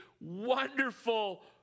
wonderful